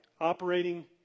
Operating